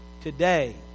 today